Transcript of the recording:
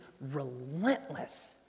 relentless